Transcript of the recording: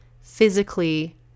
physically